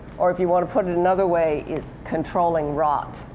or, if you want to put it another way, is controlling rot.